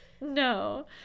No